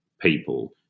people